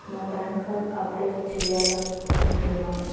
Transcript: నా PAN card update చేయాలి అనుకుంటున్నాను